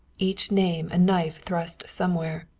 each name a knife thrust somewhere?